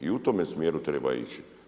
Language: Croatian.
I u tome smjeru treba ići.